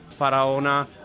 Faraona